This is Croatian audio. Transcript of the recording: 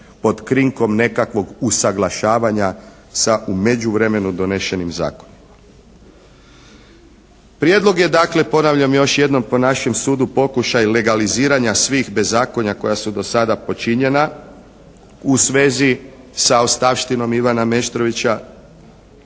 pod krinkom nekakvog usaglašavanja sa u međuvremenu donešenim zakonima. Prijedlog je dakle ponavljam još jednom, po našem sudu pokušaj legaliziranja svih bezakonja koja su do sada počinjena u svezi sa ostavštinom Ivana Meštrovića,